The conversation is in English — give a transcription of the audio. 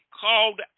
called